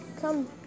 Come